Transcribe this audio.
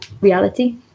reality